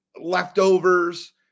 leftovers